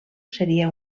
seria